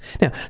Now